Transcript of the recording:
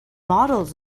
models